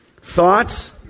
thoughts